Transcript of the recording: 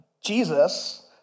Jesus